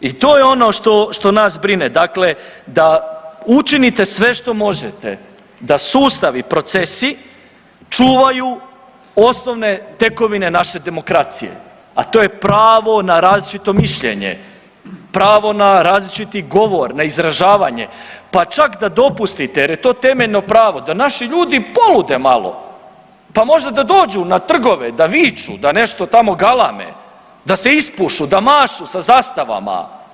I to je ono što nas brine, dakle da učinite sve što možete da sustavi, procesi čuvaju osnovne tekovine naše demokracije a to je pravo na različito mišljenje, pravo na različiti govor, na izražavanje pa čak da dopustite jer je to temeljno pravo da naši ljudi polude malo pa možda da dođu na trgove, da viču, da nešto tamo galame, da se ispušu, da mašu sa zastavama.